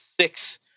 six